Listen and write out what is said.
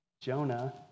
Jonah